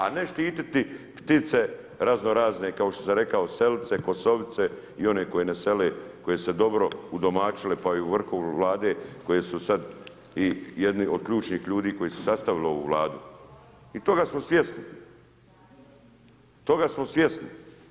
A ne štititi ptice razno razne kao što sam rekao, selice, kosovice i one koje ne sele, koje su se dobro udomaćile, pa i u vrhu Vlade, koje su sad i jedni od ključnih ljudi koji su sastavili ovu Vladu i toga smo svjesni, toga smo svjesni.